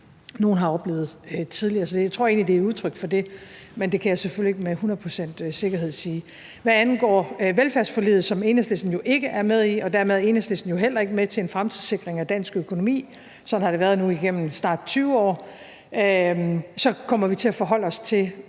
har oplevet tidligere. Så jeg tror egentlig, det er udtryk for det, men det kan jeg selvfølgelig ikke med hundrede procents sikkerhed sige. Hvad angår velfærdsforliget, som Enhedslisten jo ikke er med i – og dermed er Enhedslisten jo heller ikke med til en fremtidssikring af dansk økonomi; sådan har det været nu igennem snart 20 år – så kommer vi til at forholde os til